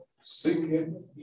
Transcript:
singing